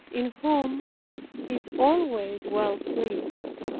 in whom he is always well pleased.